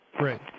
Right